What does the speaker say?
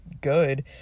good